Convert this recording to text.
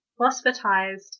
phosphatized